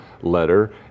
letter